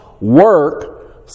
work